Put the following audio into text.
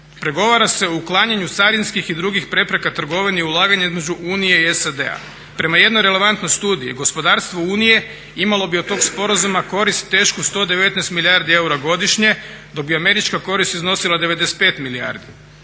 Pregovara se u o uklanjanju carinskih i drugih prepreka trgovini, ulaganje između Unije i SAD-a. Prema jednoj relevantnoj studiji gospodarstvo Unije imalo bi od tog sporazuma korist tešku 119 milijardi eura godišnje, dok bi američka korist iznosila 95 milijardi.